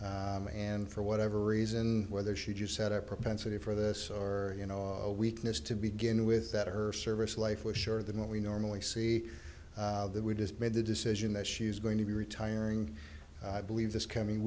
and for whatever reason whether she just had a propensity for this or you know weakness to begin with that her service life was sure than what we normally see that we just made the decision that she is going to be retiring i believe this coming